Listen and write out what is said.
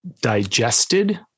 digested